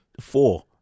four